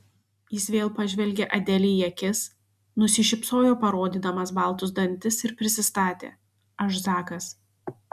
jis vėl pažvelgė adelei į akis nusišypsojo parodydamas baltus dantis ir prisistatė aš zakas